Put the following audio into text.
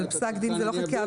אבל פסק דין זה לא חקיקה,